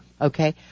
Okay